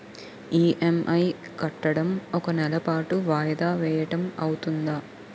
EMI కట్టడం ఒక నెల పాటు వాయిదా వేయటం అవ్తుందా?